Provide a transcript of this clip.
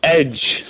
edge